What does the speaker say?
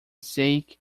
sake